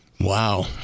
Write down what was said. Wow